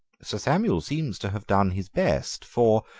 sir samuel seems to have done his best. for,